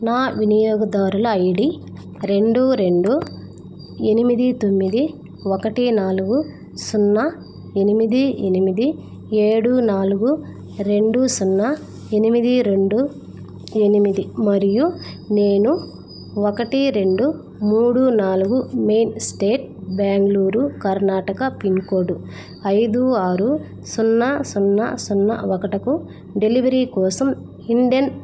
నా వినియోగదారుల ఐడి రెండు రెండు ఎనిమిది తొమ్మిది ఒకటి నాలుగు సున్నా ఎనిమిది ఎనిమిది ఏడు నాలుగు రెండు సున్నా ఎనిమిది రెండు ఎనిమిది మరియు నేను ఒకటి రెండు మూడు నాలుగు main state Bengaluru Karnataka pin code ఐదు ఆరు సున్నా సున్నా సున్నా ఒకటికి డెలివరీ కోసం ఇండెన్